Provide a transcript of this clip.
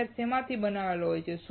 wire શેમાથી બનેલા છે